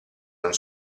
non